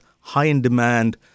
high-in-demand